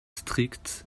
stricts